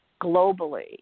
globally